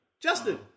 Justin